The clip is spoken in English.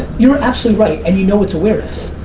you are absolutely right and you know it's awareness.